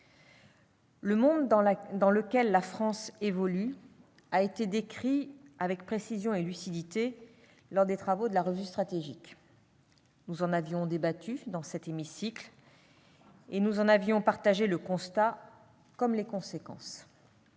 Le monde dans lequel la France évolue a été décrit avec précision et lucidité lors des travaux de la revue stratégique. Nous en avions débattu dans cet hémicycle, et nous en avions partagé le constat, comme les conséquences.